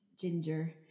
ginger